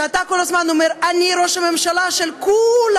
אתה שכל הזמן אומר: אני ראש הממשלה של כולם,